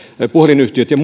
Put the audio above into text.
puhelinyhtiöiden ja